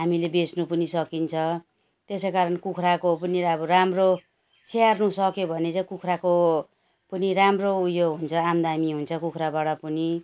हामीले बेच्नु पनि सकिन्छ त्यसै कारण कुखुराको पनि अब राम्रो स्याहार्नु सक्यो भने चाहिँ कुखुराको पनि राम्रो उयो हुन्छ आमदानी हुन्छ कुखुराबाट पनि